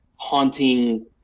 haunting